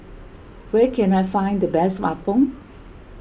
where can I find the best Appam